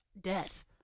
Death